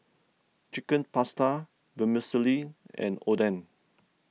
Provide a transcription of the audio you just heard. Chicken Pasta Vermicelli and Oden